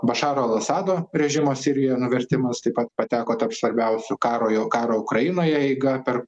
bašaro al asado režimo sirijoj nuvertimas taip pat pateko tarp svarbiausių karo jo karo ukrainoje eiga per